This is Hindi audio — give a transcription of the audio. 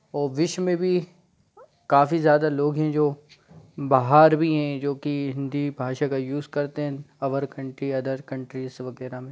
और विश्व में भी काफ़ी ज़्यादा लोग हैं जो बाहर भी हैं जो कि हिन्दी भाषा का यूज़ करते हैं अवर कंट्री अदर कंट्री वगैरह में